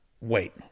wait